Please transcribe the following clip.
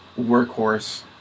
workhorse